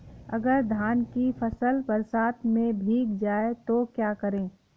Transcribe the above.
अगर धान की फसल बरसात में भीग जाए तो क्या करें?